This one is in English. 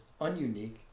ununique